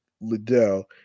Liddell